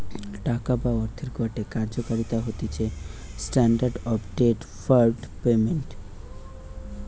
টাকা বা অর্থের গটে কার্যকারিতা হতিছে স্ট্যান্ডার্ড অফ ডেফার্ড পেমেন্ট